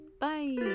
bye